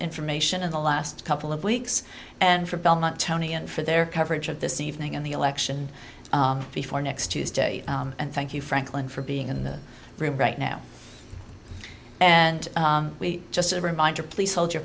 information in the last couple of weeks and for belmont tony and for their coverage of this evening and the election before next tuesday and thank you franklin for being in the room right now and just a reminder please hold your